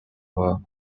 were